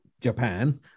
Japan